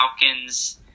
Falcons